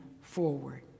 forward